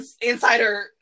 insider